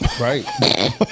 Right